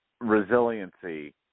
resiliency